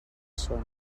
són